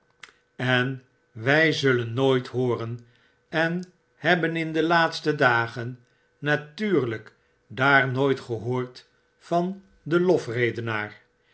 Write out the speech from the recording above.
en wij zullen nooit hooren en hebben in de laatste dagen natuurlflk daar nooit gehoord van den lofredenaar